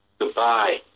goodbye